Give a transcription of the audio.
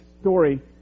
story